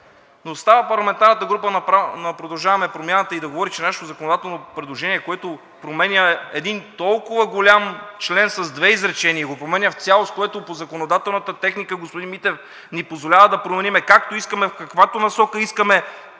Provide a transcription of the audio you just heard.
да става парламентарната група на „Продължаваме Промяната“ и да говори, че нашето законодателно предложение, което променя един толкова голям член с две изречения и го променя в цялост, считам, че не е редно. Това по законодателната техника, господин Митев, ни позволява да променим както искаме в каквато насока искаме